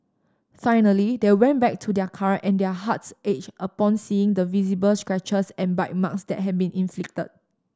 finally they went back to their car and their hearts ached upon seeing the visible scratches and bite marks that had been inflicted